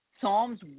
Psalms